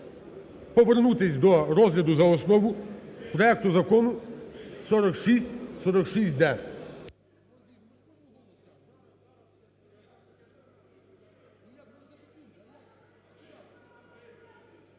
повернутись до розгляду за основу проекту Закону 4646-д.